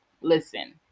Listen